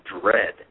dread